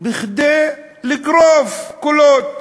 כדי לגרוף קולות.